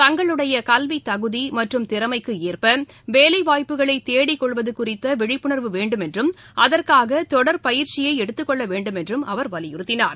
தங்களுடைய கல்வித் தகுதி மற்றும் திறமைக்கு ஏற்ப வேலைவாய்ப்புகளை தேடிக் கொள்வது குறித்த விழிப்புணர்வு வேண்டும் என்றும் அதற்காக தொடர் பயிற்சியை எடுத்துக் கொள்ள வேண்டும் என்றும் அவர் வலியுறுத்தினார்